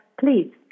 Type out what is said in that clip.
please